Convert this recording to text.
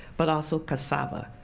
but also cassava,